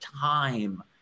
time